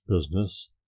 business